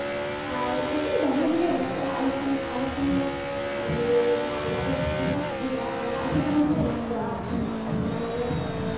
ᱟᱨ ᱟᱹᱰᱤ ᱫᱚᱢᱮ ᱜᱮᱞᱮ ᱨᱟᱹᱥᱠᱟᱹᱜᱼᱟ ᱟᱞᱮ ᱴᱷᱮᱱ ᱟᱞᱮ ᱥᱮᱱ ᱫᱚ ᱢᱟᱱᱮ ᱢᱟᱞᱫᱟ ᱰᱤᱥᱴᱤᱠ ᱡᱮᱞᱟ ᱠᱟᱱᱟ ᱟᱹᱰᱤᱜᱟᱱ ᱜᱮᱞᱮ ᱨᱟᱹᱥᱠᱟᱹᱜᱼᱟ ᱟᱨ